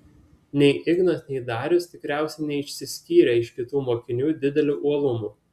nei ignas nei darius tikriausiai neišsiskyrė iš kitų mokinių dideliu uolumu